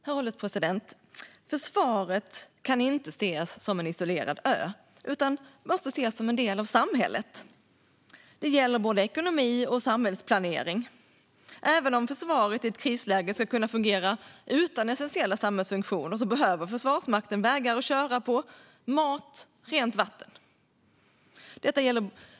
Herr ålderspresident! Försvaret kan inte ses som en isolerad ö utan måste ses som en del av samhället. Det gäller både ekonomi och samhällsplanering. Även om försvaret i ett krisläge ska kunna fungera utan essentiella samhällsfunktioner behöver Försvarsmakten vägar att köra på, mat och rent vatten.